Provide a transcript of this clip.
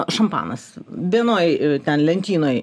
šampanas vienoj ten lentynoj